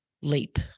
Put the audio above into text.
leap